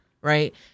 right